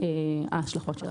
ההשלכות שלו.